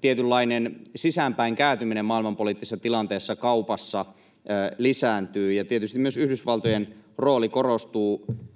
tietynlainen sisäänpäin kääntyminen maailmanpoliittisessa tilanteessa ja kaupassa lisääntyy, ja tietysti myös Yhdysvaltojen rooli korostuu